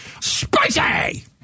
Spicy